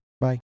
Bye